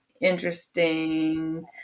interesting